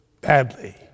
badly